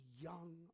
young